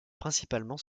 principalement